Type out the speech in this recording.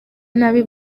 nabi